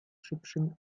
szybszym